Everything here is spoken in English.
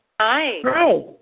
hi